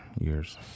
years